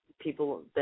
People